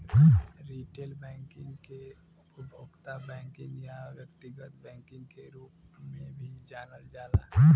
retail banking के उपभोक्ता banking या व्यक्तिगत बैंकिंग के रूप में भी जानल जाला